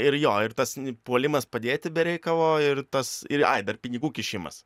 ir jo ir tas puolimas padėti be reikalo ir tas ir ai dar pinigų kišimas